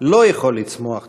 לא יכול לצמוח טוב.